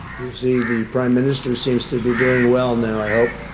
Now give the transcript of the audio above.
you see, the prime minister seems to be doing well now. i hope